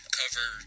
cover